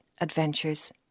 adventures